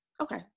Okay